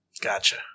Gotcha